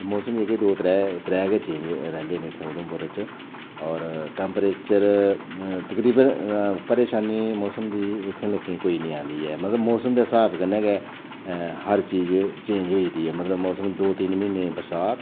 मौसम जेह्के दो त्रै त्रै गै रौंह्दे न इत्थै उधमपुरै च होर टैम्परेचर तकरीबन परेशानी मौसम दी इत्थै लोकें ई कोई निं औंदी ऐ मगर मौसम दे स्हाब कन्नै गै मतलब हर चीज चेंज होई दी ऐ मतलब कि दो तिन्न म्हीने बरसांत